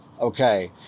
okay